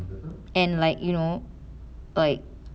and like you know like